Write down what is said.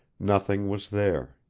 nothing was there.